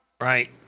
Right